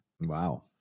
wow